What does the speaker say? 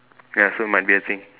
ya so might be a thing